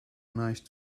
nice